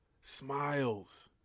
smiles